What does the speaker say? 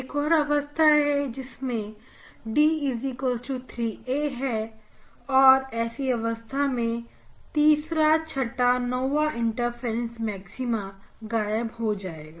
एक और अवस्था है जिसमें d3a है और ऐसी अवस्था में तीसरा छटा नोवा इंटरफेरेंस मैक्सिमा गायब हो जाएगा